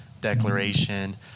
declaration